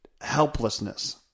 helplessness